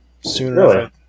sooner